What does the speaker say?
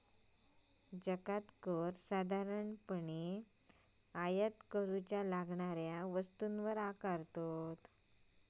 जकांत कर साधारणपणे आयात करूच्या लागणाऱ्या वस्तूंवर आकारतत